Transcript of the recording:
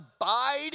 Abide